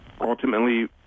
ultimately